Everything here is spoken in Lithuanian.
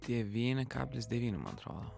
devyni kablis devyni man atrodo